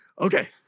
Okay